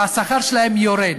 השכר שלהם יורד,